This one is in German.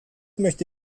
möchte